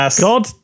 God